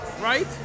right